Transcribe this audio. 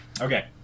Okay